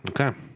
Okay